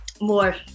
more